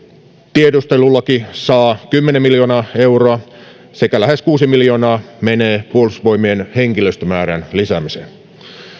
tiedustelulaki saa kymmenen miljoonaa euroa sekä lähes kuusi miljoonaa menee puolustusvoimien henkilöstömäärän lisäämiseen